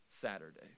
Saturday